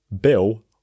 Bill